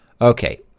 Okay